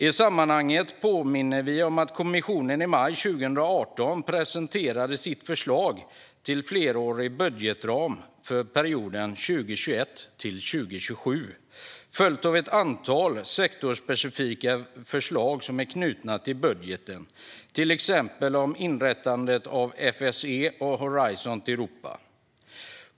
I sammanhanget påminner vi om att kommissionen i maj 2018 presenterade sitt förslag till flerårig budgetram för perioden 2021-2027, följt av ett antal sektorsspecifika förslag som är knutna till budgeten, till exempel om inrättandet av FSE och Horisont Europa.